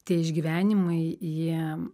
tie išgyvenimai jie